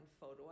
photo